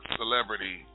celebrity